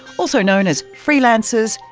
also known as freelancers,